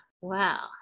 wow